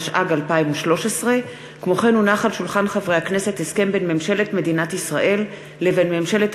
התשע"ג 2013. הסכם בין ממשלת מדינת ישראל לבין ממשלת